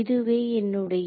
இதுவே என்னுடைய